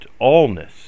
allness